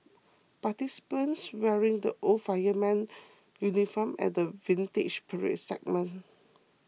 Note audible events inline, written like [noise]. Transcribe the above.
participants wearing the old fireman's [noise] uniform at the Vintage Parade segment